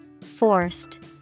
Forced